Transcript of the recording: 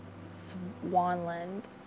Swanland